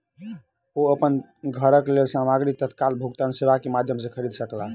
ओ अपन घरक लेल सामग्री तत्काल भुगतान सेवा के माध्यम खरीद सकला